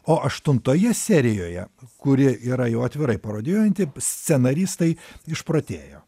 o aštuntoje serijoje kuri yra jau atvirai parodijuojanti scenaristai išprotėjo